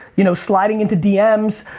you know sliding into dms,